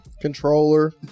Controller